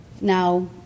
Now